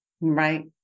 Right